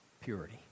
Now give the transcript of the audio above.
purity